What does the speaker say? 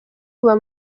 kuva